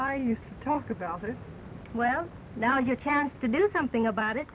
i used to talk about it well now your chance to do something about it